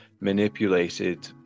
manipulated